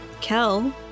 Kel